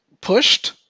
pushed